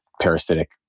parasitic